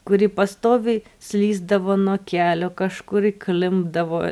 kuri pastoviai slysdavo nuo kelio kažkur įklimpdavo